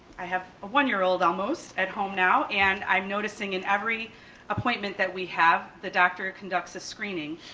i have a one year old almost, at home now. and i'm noticing in every appointment that we have, the doctor conducts a screening.